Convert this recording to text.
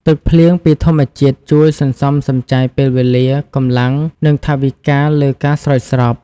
ទឹកភ្លៀងពីធម្មជាតិជួយសន្សំសំចៃពេលវេលា កម្លាំង និងថវិកាលើការស្រោចស្រព។